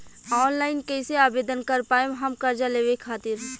Online कइसे आवेदन कर पाएम हम कर्जा लेवे खातिर?